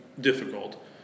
difficult